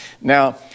Now